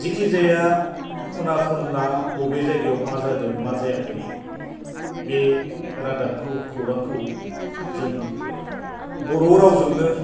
जिखिजाया खना खनला बबे जायगायाव मा जादों मा जायाखै बे रादाबखौ खौरांखौ जों बर' रावजोंनो